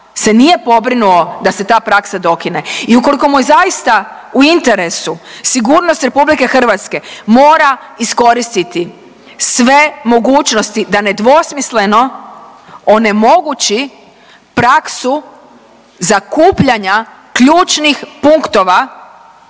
se nije pobrinuo da se ta praksa dokine i ukoliko mu je zaista u interesu sigurnost RH mora iskoristiti sve mogućnosti da nedvosmisleno onemogući praksu zakupljanja ključnih punktova